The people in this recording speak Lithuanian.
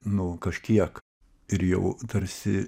nu kažkiek ir jau tarsi